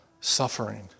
suffering